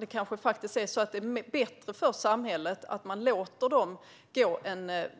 Det kanske är bättre för samhället att man låter dessa personer